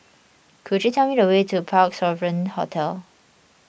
could you tell me the way to Parc Sovereign Hotel